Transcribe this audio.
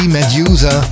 Medusa